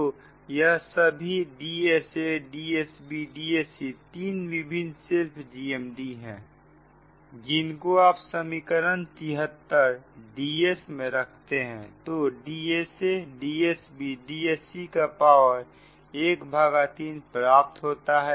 तो यह सभी DsaDsb Dsc 3 विभिन्न सेल्फ GMD है जिनको आप उस समीकरण 73 Ds में रखते हैं तो DsaDsb Dsc का पावर ⅓ प्राप्त होता है